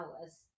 hours